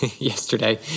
yesterday